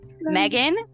Megan